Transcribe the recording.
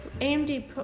AMD